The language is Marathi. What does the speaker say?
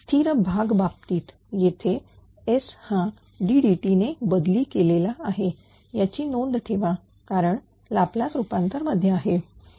स्थिर भाग बाबतीत येथे S हा ddt ने बदली केलेला आहे याची नोंद ठेवा कारण लाप्लास रूपांतर मध्ये आहे